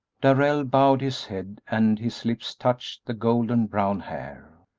darrell bowed his head and his lips touched the golden-brown hair.